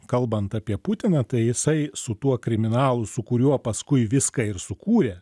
kalbant apie putiną tai jisai su tuo kriminalu su kuriuo paskui viską ir sukūrė